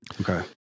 Okay